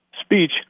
speech